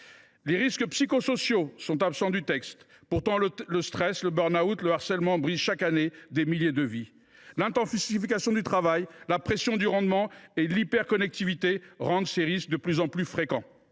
Les risques psychosociaux sont absents du texte, alors que le stress, le burn out, le harcèlement, brisent chaque année des milliers de vies. L’intensification du travail, la pression du rendement, l’hyperconnectivité rendent ces risques de plus en plus fréquents.